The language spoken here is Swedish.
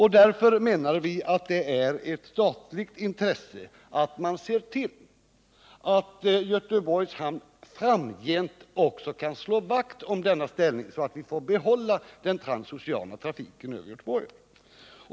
Därför anser vi det vara ett statligt intresse att se till att Göteborgs hamn även framgent kan slå vakt om sin ställning, så att vi får behålla den transoceana trafiken över Göteborg.